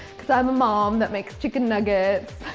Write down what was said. cause i'm a mom that makes chicken nuggets